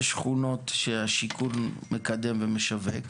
יש שכונות שהשיכון מקדם ומשווק,